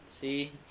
see